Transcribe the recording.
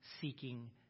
seeking